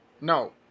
No